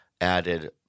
added